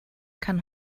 kann